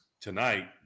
tonight